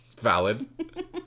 valid